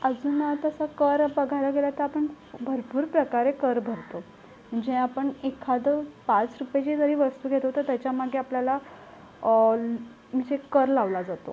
अजून तसं कर बघायला गेलं तर आपण भरपूर प्रकारे कर भरतो जे आपण एखादं पाच रुपयची जरी वस्तू घेतो तर त्याच्यामागे आपल्याला म्हणजे कर लावला जातो